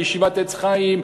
מישיבת "עץ חיים",